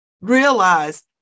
realize